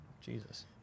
jesus